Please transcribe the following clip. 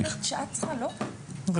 הוא